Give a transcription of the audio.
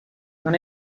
non